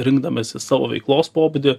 rinkdamasis savo veiklos pobūdį